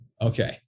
Okay